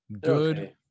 good